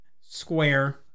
square